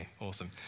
awesome